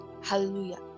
hallelujah